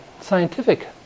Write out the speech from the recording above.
scientific